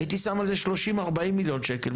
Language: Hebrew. הייתי שם על זה 30-40 מיליון שקלים,